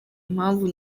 impamvu